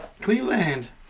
Cleveland